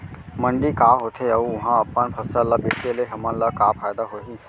मंडी का होथे अऊ उहा अपन फसल ला बेचे ले हमन ला का फायदा होही?